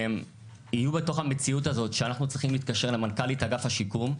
יהיו בתוך המציאות הזאת שאנחנו צריכים להתקשר למנכ"לית אגף השיקום,